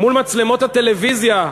מול מצלמות הטלוויזיה,